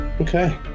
Okay